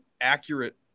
accurate